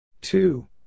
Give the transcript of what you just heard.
Two